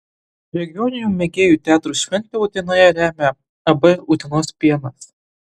regioninių mėgėjų teatrų šventę utenoje remia ab utenos pienas